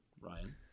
Ryan